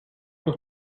doch